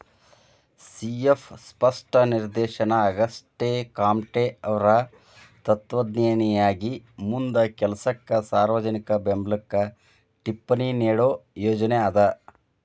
C F ಸ್ಪಷ್ಟ ನಿದರ್ಶನ ಆಗಸ್ಟೆಕಾಮ್ಟೆಅವ್ರ್ ತತ್ವಜ್ಞಾನಿಯಾಗಿ ಮುಂದ ಕೆಲಸಕ್ಕ ಸಾರ್ವಜನಿಕ ಬೆಂಬ್ಲಕ್ಕ ಟಿಪ್ಪಣಿ ನೇಡೋ ಯೋಜನಿ ಅದ